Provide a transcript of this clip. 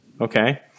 okay